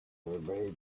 everybody